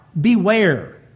beware